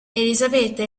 elisabetta